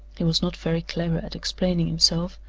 he was not very clever at explaining himself,